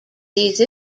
these